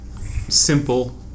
simple